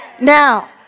Now